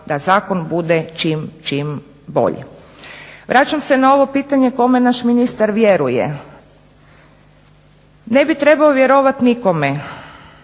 da zakon bude čim, čim bolji. Vraćam se na ovo pitanje kome naš ministar vjeruje. Ne bi trebao vjerovati nikome.